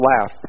laugh